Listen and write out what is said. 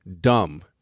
dumb